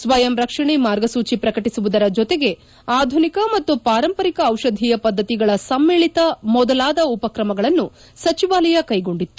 ಸ್ತಯಂ ರಕ್ಷಣೆ ಮಾರ್ಗಸೂಚಿ ಪ್ರಕಟಿಸುವುದರ ಜೊತೆಗೆ ಆಧುನಿಕ ಮತ್ತು ಪಾರಂಪರಿಕ ಔಷಧೀಯ ಪದ್ಗತಿಗಳ ಸಮ್ನಿಳಿತ ಮೊದಲಾದ ಉಪಕ್ರಮಗಳನ್ನು ಸಚಿವಾಲಯ ಕ್ಷೆಗೊಂಡಿತ್ತು